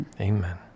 Amen